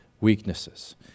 weaknesses